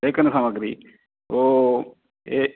लेखनसामग्रि ओ ए